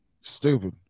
Stupid